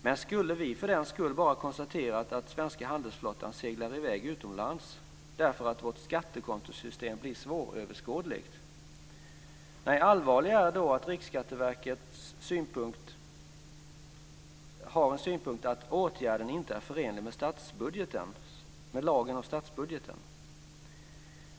Men skulle vi för den skull bara konstaterat att svenska handelsflottan seglar i väg utomlands därför att vårt skattekontosystem blir svåröverskådligt? Allvarligare är då att Riksskatteverket har synpunkten att åtgärden inte är förenlig med lagen om statsbudgeten.